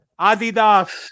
Adidas